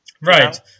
Right